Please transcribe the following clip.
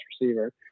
receiver